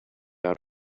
out